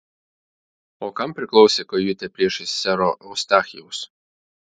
o kam priklausė kajutė priešais sero eustachijaus